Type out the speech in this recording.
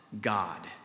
God